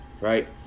right